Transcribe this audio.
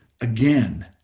again